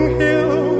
hill